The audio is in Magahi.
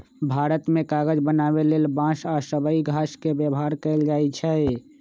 भारत मे कागज बनाबे लेल बांस आ सबइ घास के व्यवहार कएल जाइछइ